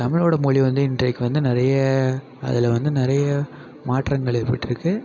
தமிழோட மொழி வந்து இன்றைக்கு வந்து நிறைய அதில் வந்து நிறைய மாற்றங்கள் ஏற்பட்டிருக்கு